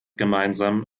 gemeinsam